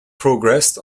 progressed